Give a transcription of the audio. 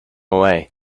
away